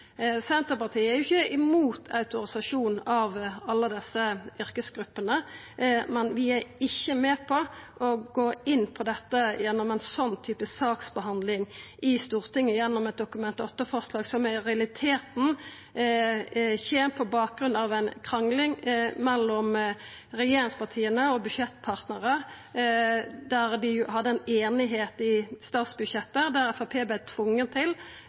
Senterpartiet er ikkje imot autorisasjon av alle desse yrkesgruppene, men vi er ikkje med på å gå inn på dette gjennom ein sånn type saksbehandling i Stortinget, gjennom eit Dokument 8-forslag, som i realiteten skjer på bakgrunn av ei krangling mellom regjeringspartia og budsjettpartnarar, der dei hadde ei einigheit i statsbudsjettet, der Framstegspartiet vart tvinga til